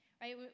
right